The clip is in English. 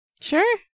sure